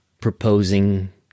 proposing